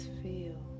feel